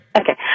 Okay